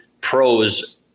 pros